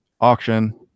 auction